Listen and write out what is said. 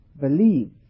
believe